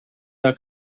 del